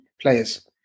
players